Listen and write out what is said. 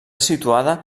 situada